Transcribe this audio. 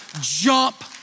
jump